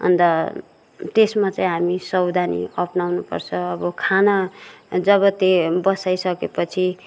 अन्त त्यसमा चाहिँ हामी सवधानी अपनाउनु छर्स अब खाना जब त्य बसाई सकेपछि